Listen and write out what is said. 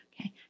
okay